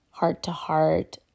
heart-to-heart